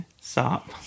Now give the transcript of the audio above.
stop